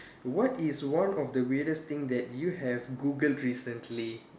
what is one of the weirdest thing that you have Googled recently